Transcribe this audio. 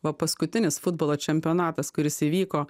va paskutinis futbolo čempionatas kuris įvyko